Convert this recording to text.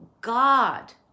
God